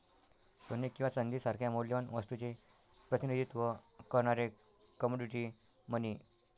सोने किंवा चांदी सारख्या मौल्यवान वस्तूचे प्रतिनिधित्व करणारे कमोडिटी मनी